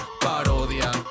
parodia